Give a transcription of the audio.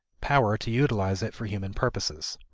power to utilize it for human purposes.